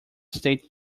state